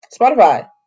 Spotify